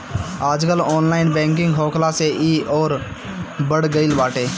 आजकल online banking होखला से इ अउरी बढ़ गईल बाटे